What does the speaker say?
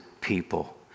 people